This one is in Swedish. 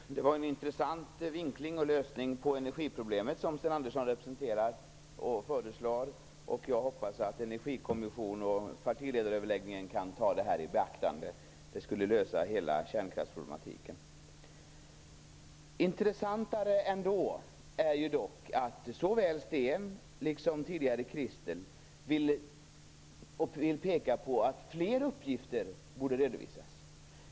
Fru talman! Det är en intressant vinkling av och lösning på energiproblemet som Sten Andersson framför, och jag hoppas att Energikommissionen och partiledaröverläggningen kan ta detta i beaktande. Det skulle lösa hela kärnkraftsproblematiken. Intressantare ändå är dock att såväl Sten Andersson som tidigare Christel Anderberg vill peka på att fler uppgifter borde redovisas.